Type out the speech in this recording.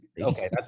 Okay